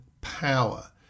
power